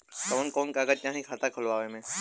कवन कवन कागज चाही खाता खोलवावे मै?